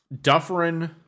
Dufferin